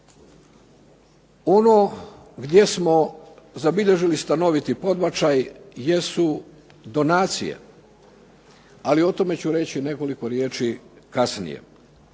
Ono gdje smo zabilježili stanoviti podbačaj jesu donacije, ali o tome ću reći nekoliko riječi kasnije.